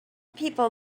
people